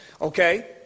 Okay